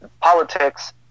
politics